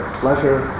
pleasure